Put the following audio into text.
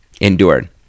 endured